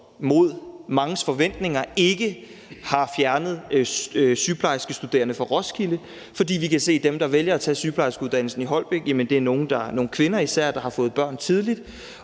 mod manges forventninger ikke har fjernet sygeplejerskestuderende fra Roskilde. For vi kan se, at dem, der vælger at tage sygeplejerskeuddannelsen i Holbæk, især er nogle kvinder, der har fået børn tidligt,